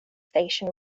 station